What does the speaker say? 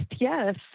yes